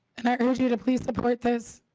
and i urge you to please support this.